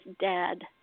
dead